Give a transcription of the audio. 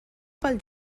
pel